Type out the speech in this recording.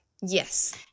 yes